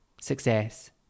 Success